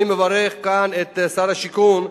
אני מברך כאן את שר השיכון,